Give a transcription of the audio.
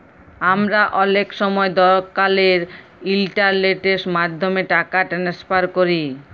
আমরা অলেক সময় দকালের ইলটারলেটের মাধ্যমে টাকা টেনেসফার ক্যরি